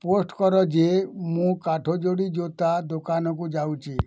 post କର ଯେ ମୁଁ କାଠଯୋଡ଼ି ଜୋତା ଦୋକାନକୁ ଯାଉଛି